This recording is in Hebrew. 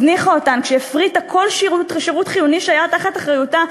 הזניחה אותן כשהפריטה כל שירות ושירות חיוני שהיה תחת אחריותה,